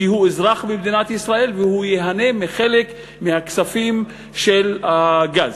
כי הוא אזרח במדינת ישראל והוא ייהנה מחלק מהכספים של הגז.